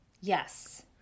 Yes